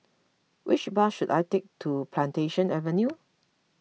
which bus should I take to Plantation Avenue